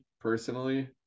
personally